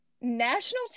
national